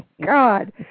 God